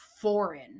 foreign